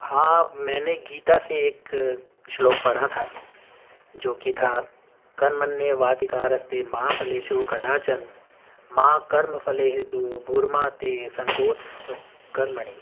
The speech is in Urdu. ہاں میں نے گیتا سے ایک شلوک پڑھا تھا جوکہ تھا کرمنے وادھکارستے ما فلیشو کداچن ما کرم فلے ہیتو بورما تے سنگوتس کرمنی